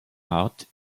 art